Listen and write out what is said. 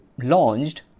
launched